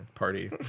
Party